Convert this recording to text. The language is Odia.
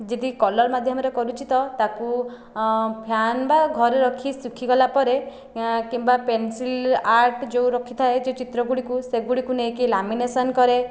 ଯଦି କଲର୍ ମାଧ୍ୟମରେ କରୁଛି ତ ତାକୁ ଫ୍ୟାନ୍ ବା ଘରେ ରଖି ସୁଖିଗଲା ପରେ କିମ୍ବା ପେନସିଲ ଆର୍ଟ ଯେଉଁ ରଖିଥାଏ ଯେଉଁ ଚିତ୍ରଗୁଡ଼ିକୁ ସେଗୁଡ଼ିକୁ ନେଇକି ଲାମିନେସନ୍ କରେ